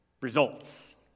results